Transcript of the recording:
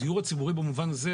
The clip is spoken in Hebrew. הדיור הציבורי במובן הזה,